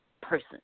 person